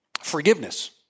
Forgiveness